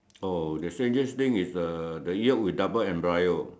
oh the strangest thing is uh the Yolk with double embryo